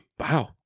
wow